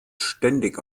ständig